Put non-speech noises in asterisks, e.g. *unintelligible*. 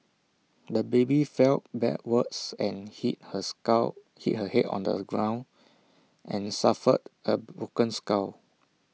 the baby fell backwards and hit her *unintelligible* hit her Head on the ground and suffered A broken skull